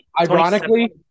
ironically